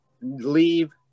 leave